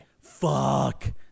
Fuck